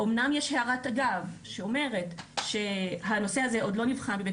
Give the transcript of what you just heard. אומנם יש הערת אגב שאומרת שהנושא הזה עוד לא נבחן בבית